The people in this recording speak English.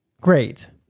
Great